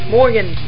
Morgan